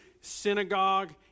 synagogue